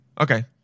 Okay